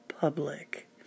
public